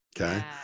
Okay